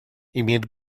имеет